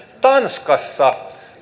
tanskassa